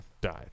died